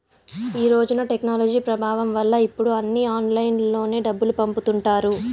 ఈ రోజున టెక్నాలజీ ప్రభావం వల్ల ఇప్పుడు అన్నీ ఆన్లైన్లోనే డబ్బులు పంపుతుంటారు